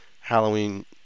Halloween